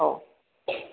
औ